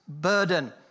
burden